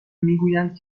میگویند